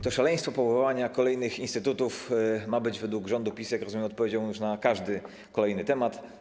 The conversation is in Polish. To szaleństwo powoływania kolejnych instytutów ma być według rządu PiS, jak rozumiem, odpowiedzią już na każdy kolejny temat.